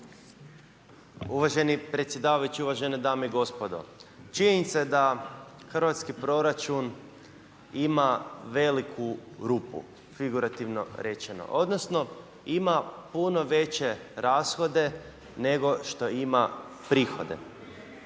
Uvaženi predsjedavajući, uvažene dame i gospodo. Činjenica je da hrvatski proračun ima veliku rupu, figurativno rečeno. Odnosno ima puno veće rashode nego što ima prihode.